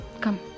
Come